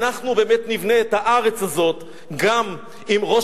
אנחנו באמת נבנה את הארץ הזאת גם אם ראש